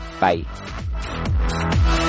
Bye